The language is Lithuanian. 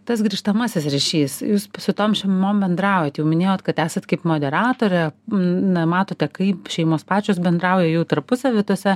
tas grįžtamasis ryšys jūs su tom šeimom bendraujat jau minėjot kad esat kaip moderatorė na matote kaip šeimos pačios bendrauja jau tarpusavy tose